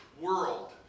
world